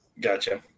Gotcha